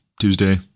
Tuesday